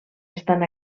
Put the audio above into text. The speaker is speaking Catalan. estan